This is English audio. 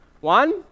One